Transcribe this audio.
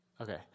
Okay